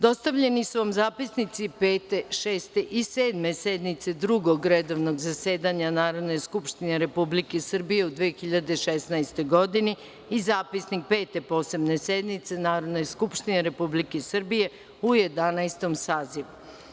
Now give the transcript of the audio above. Dostavljeni su vam zapisnici Pete, Šeste i Sedme sednice Drugog redovnog zasedanja Narodne skupštine Republike Srbije u 2016. godini i zapisnik Pete Posebne sednice Narodne skupštine Republike Srbije u 11. sazivu.